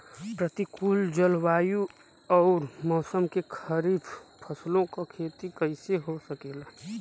प्रतिकूल जलवायु अउर मौसम में खरीफ फसलों क खेती कइसे हो सकेला?